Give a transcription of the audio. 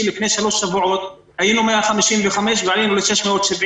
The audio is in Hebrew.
לפני שלושה שבועות היינו 155 ועלינו ל-670.